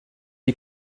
est